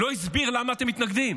לא הסביר למה אתם מתנגדים,